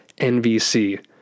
NVC